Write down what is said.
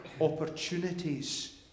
opportunities